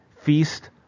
feast